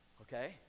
Okay